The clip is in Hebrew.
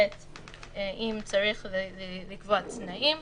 דבר שני, אם צריך לקבוע תנאים.